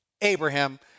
Abraham